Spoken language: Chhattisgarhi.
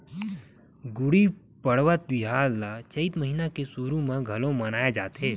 गुड़ी पड़वा तिहार ल चइत महिना के सुरू म मनाए घलोक जाथे